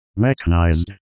Mechanized